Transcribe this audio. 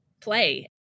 play